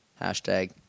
hashtag